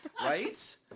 right